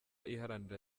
iharanira